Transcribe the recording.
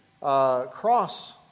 cross